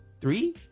three